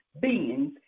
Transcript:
beings